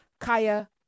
Kaya